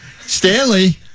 Stanley